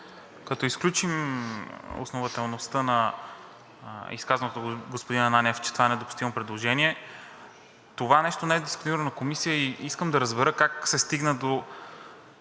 Като изключим основателността на изказаното от господин Ананиев, че това е недопустимо предложение, това нещо не е дискутирано на Комисия и искам да разбера как се стигна до